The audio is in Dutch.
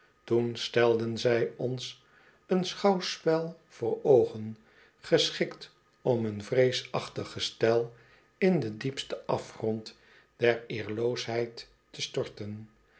toen stelden zij ons een schouwspel voor oogen geschikt om een vreesachtig gestel in den diepston afgrond der eerloosheid te storten